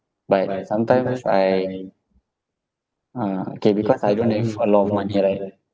but sometimes I ah okay because I don't have a lot of money right